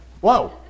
Whoa